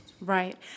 Right